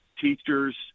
teachers